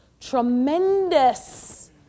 tremendous